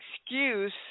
excuse